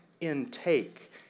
intake